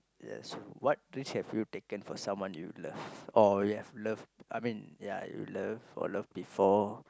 yes what risk have you taken for someone you love or you have loved I mean ya you love or love before